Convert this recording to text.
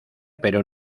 pero